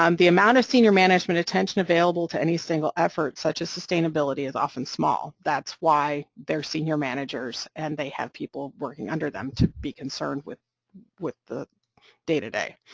um the amount of senior management attention available to any single effort, such as sustainability, is often small, that's why they're senior managers and they have people working under them to be concerned with with the day-to-day.